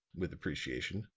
with appreciation,